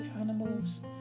animals